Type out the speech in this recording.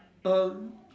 um